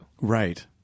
Right